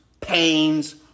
pains